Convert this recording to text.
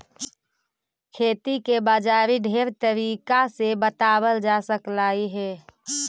खेती के बाजारी ढेर तरीका से बताबल जा सकलाई हे